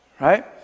right